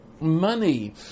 money